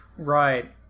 Right